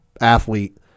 athlete